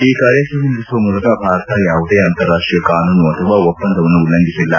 ಈ ಕಾರ್ಯಾಚರಣೆ ನಡೆಸುವ ಮೂಲಕ ಭಾರತ ಯಾವುದೇ ಅಂತಾರಾಷ್ಟೀಯ ಕಾನೂನು ಅಥವಾ ಒಪ್ಪಂದವನ್ನು ಉಲ್ಲಂಘಿಸಿಲ್ಲ